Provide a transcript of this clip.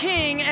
King